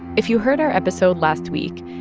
if you heard our episode last week,